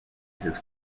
his